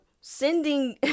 sending